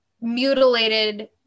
mutilated